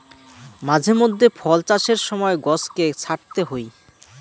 মাঝে মধ্যে ফল চাষের সময় গছকে ছাঁটতে হই